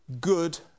good